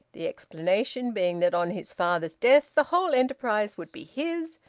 the explanation being that on his father's death the whole enterprise would be his,